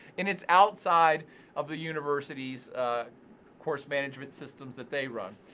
and it's outside of the university's course management systems that they run.